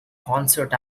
concert